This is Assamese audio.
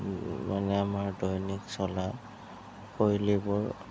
মানে আমাৰ দৈনিক চলা শৈলীবোৰ